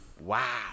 Wow